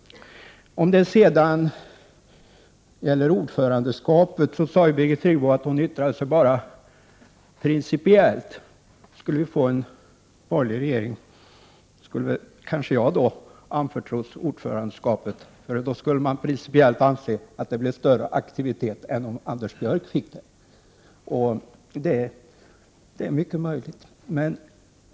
När det gäller ordförandeskapet sade Birgit Friggebo att hon bara yttrade sig principiellt. Om vi skulle få en borgerlig regering skulle kanske jag anförtros ordförandeskapet, eftersom det då principiellt skulle bli större aktivitet än om Anders Björck fick detta ordförandeskap. Det är möjligt.